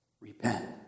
repent